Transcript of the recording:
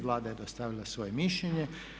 Vlada je dostavila svoje mišljenje.